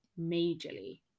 majorly